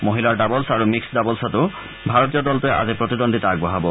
মহিলাৰ ডাবলছ আৰু মিক্স ডাবলছটো ভাৰতীয় দলটোৰে আজি প্ৰতিদ্বন্দ্বিতা আগবঢ়াব